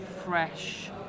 fresh